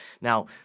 Now